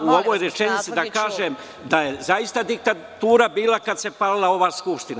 U ovoj rečenici samo da kažem da je zaista diktatura bila kada se palila ova Skupština.